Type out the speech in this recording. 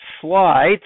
slides